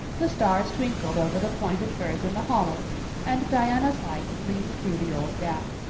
the stars twinkled over the pointed firs in the hollow and diana's light gleamed through the old gap.